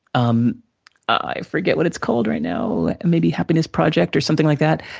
um i forget what it's called right now. maybe happiness project, or something like that.